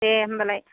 दे होमबालाय